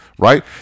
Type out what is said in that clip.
Right